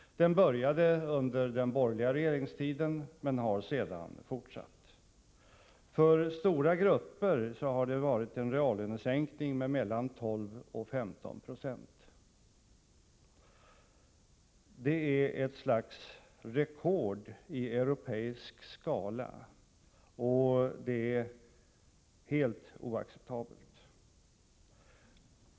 Den började under den borgerliga regeringstiden men har sedan fortsatt. För stora grupper har det varit en reallönesänkning med mellan 12 och 15 96. Det är ett slags rekord, åtminstone i europeiska sammanhang, och det är helt oacceptabelt.